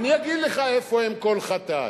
אני אגיד לך איפה אם כל חטאת.